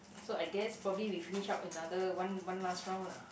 so I guess probably we finish up another one one last round lah